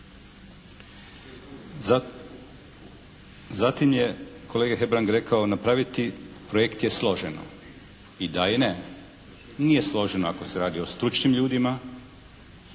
Zatim je kolega Hebrang rekao napraviti projekt je složeno. I da i ne. Nije složeno ako se radi o stručnim ljudima,